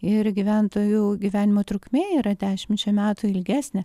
ir gyventojų gyvenimo trukmė yra dešimčia metų ilgesnė